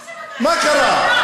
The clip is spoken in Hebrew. מה זה "מה קרה"?